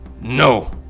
No